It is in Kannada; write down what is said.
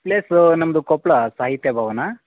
ಪ್ಲೇಸು ನಮ್ಮದು ಕೊಪ್ಪಳ ಸಾಹಿತ್ಯ ಭವನ